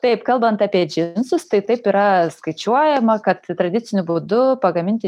taip kalbant apie džinsus tai taip yra skaičiuojama kad tradiciniu būdu pagaminti